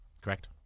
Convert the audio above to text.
correct